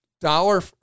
dollar